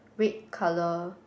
red colour